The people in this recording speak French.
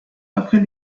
après